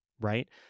right